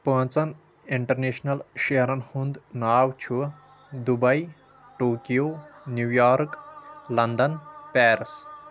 پانٛژن انٹرنیشنل شہرن ہُنٛد ناو چھُ Dubai Tokyo New York London Paris